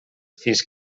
fins